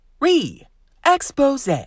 re-expose